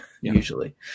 usually